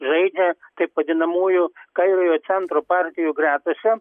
žaidė taip vadinamųjų kairiojo centro partijų gretose